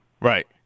Right